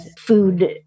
food